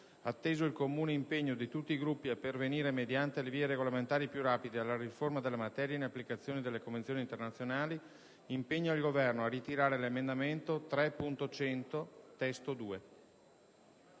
atteso il comune impegno di tutti i Gruppi a pervenire mediante le vie regolamentari più rapide alla riforma della materia in applicazione delle convenzioni internazionali, impegna il Governo a ritirare l'emendamento 3.100 (testo 2)».